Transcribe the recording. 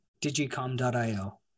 Digicom.io